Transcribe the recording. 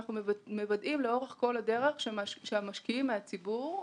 אנחנו מוודאים לאורך כל הדרך שהמשקיעים מהציבור,